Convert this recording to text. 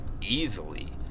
easily